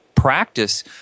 Practice